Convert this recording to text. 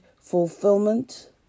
fulfillment